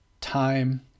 time